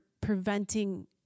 preventing